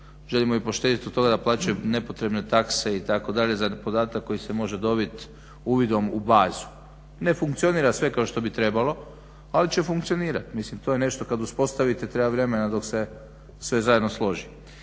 Želimo ih poštedjeti od toga da plaćaju nepotrebne takse itd. za podatak koji se može dobiti uvidom u bazu. Ne funkcionira sve kao što bi trebalo, ali će funkcionirati. Mislim to je nešto kad uspostavite treba vremena dok se sve zajedno složi.